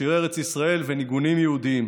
שירי ארץ ישראל וניגונים יהודיים.